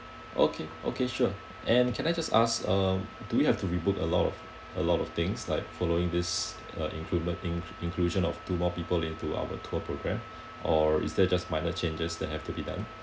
okay okay sure and can I just ask uh do we have to rebook a lot of a lot of things like following this uh inclument in~ inclusion of two more people into our tour program or is that just minor changes that have to be done